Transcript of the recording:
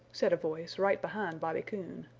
said a voice right behind bobby coon.